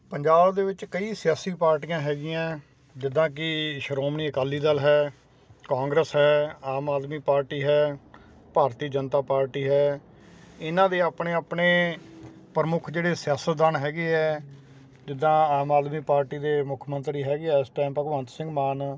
ਪੰਜਾਬ ਦੇ ਵਿੱਚ ਕਈ ਸਿਆਸੀ ਪਾਰਟੀਆਂ ਹੈਗੀਆਂ ਜਿੱਦਾਂ ਕਿ ਸ਼੍ਰੋਮਣੀ ਅਕਾਲੀ ਦਲ ਹੈ ਕਾਂਗਰਸ ਹੈ ਆਮ ਆਦਮੀ ਪਾਰਟੀ ਹੈ ਭਾਰਤੀ ਜਨਤਾ ਪਾਰਟੀ ਹੈ ਇਹਨਾਂ ਦੇ ਆਪਣੇ ਆਪਣੇ ਪ੍ਰਮੁੱਖ ਜਿਹੜੇ ਸਿਆਸਤਦਾਨ ਹੈਗੇ ਐ ਜਿੱਦਾਂ ਆਮ ਆਦਮੀ ਪਾਰਟੀ ਦੇ ਮੁੱਖ ਮੰਤਰੀ ਹੈਗੇ ਆ ਇਸ ਟਾਈਮ ਭਗਵੰਤ ਸਿੰਘ ਮਾਨ